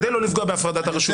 כדי לא לפגוע בהפרדת הרשויות.